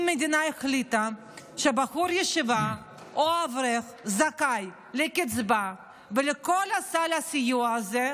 אם המדינה החליטה שבחור ישיבה או אברך זכאים לקצבה ולכל סל הסיוע הזה,